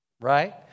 right